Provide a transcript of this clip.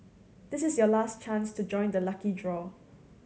this is your last chance to join the lucky draw